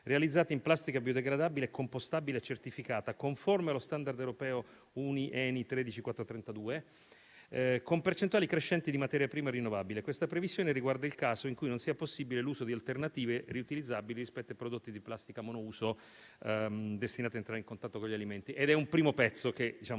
realizzati in plastica biodegradabile e compostabile certificata, conforme allo *standard* europeo UNI EN 13432, con percentuali crescenti di materia prima rinnovabile. Questa previsione riguarda il caso in cui non sia possibile l'uso di alternative riutilizzabili rispetto ai prodotti di plastica monouso destinati a entrare in contatto con gli alimenti. Questo è un primo elemento che pone